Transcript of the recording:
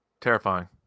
Terrifying